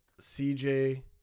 CJ